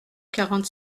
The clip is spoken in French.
quarante